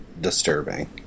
disturbing